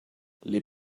les